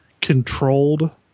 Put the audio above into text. controlled